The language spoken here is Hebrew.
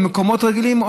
במקומות רגילים,